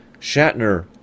Shatner